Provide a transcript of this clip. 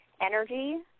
energy